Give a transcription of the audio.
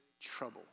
trouble